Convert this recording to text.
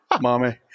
Mommy